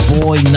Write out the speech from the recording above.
boy